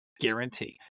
guarantee